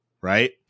right